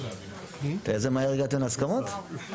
איזה מהר הגעתם להסכמות?